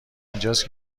اینجاست